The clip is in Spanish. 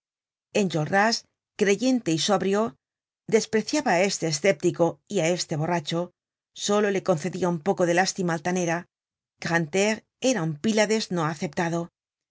enjolras creyente y sobrio despreciaba á este escéptico y á este borracho solo le concedia un poco de lástima altanera grantaire era un pílades no aceptado